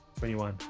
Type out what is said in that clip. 21